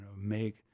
make